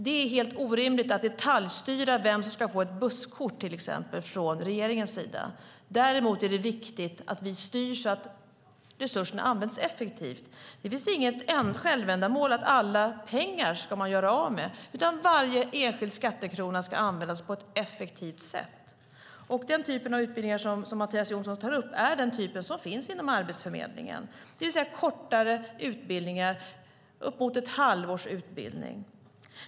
Det är helt orimligt att regeringen ska detaljstyra till exempel vem som ska få ett busskort. Däremot är det viktigt att vi styr så att resurserna används effektivt. Det finns inget självändamål att man ska göra av med alla pengar, utan varje enskild skattekrona ska användas på ett effektivt sätt. Den typen av utbildningar som Mattias Jonsson tar upp är den typen som finns inom Arbetsförmedlingen, det vill säga kortare utbildningar, uppemot ett halvår.